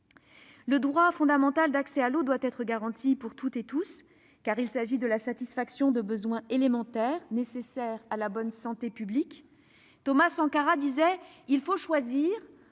Le droit fondamental d'accès à l'eau doit être garanti pour toutes et tous, car il s'agit de la satisfaction de besoins élémentaires nécessaires à la bonne santé publique. Thomas Sankara disait :« Il faut choisir